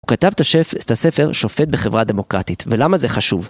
הוא כתב את הספר שופט בחברה דמוקרטית, ולמה זה חשוב?